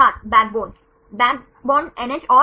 छात्र backbone back bond NH और